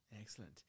Excellent